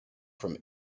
from